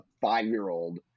five-year-old